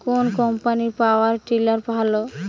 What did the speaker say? কোন কম্পানির power tiller ভালো?